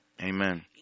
Amen